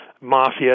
mafia